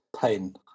pain